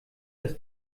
das